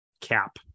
cap